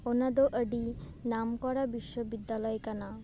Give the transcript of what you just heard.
ᱚᱱᱟᱫᱚ ᱟᱹᱰᱤ ᱱᱟᱢᱠᱚᱨᱟ ᱵᱤᱥᱥᱚ ᱵᱤᱫᱫᱟᱞᱚᱭ ᱠᱟᱱᱟ